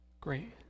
Great